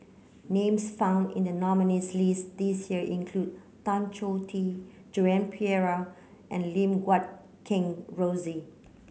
names found in the nominees' list this year include Tan Choh Tee Joan Pereira and Lim Guat Kheng Rosie